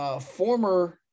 former